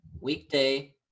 weekday